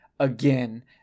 again